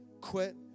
quit